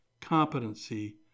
competency